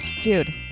dude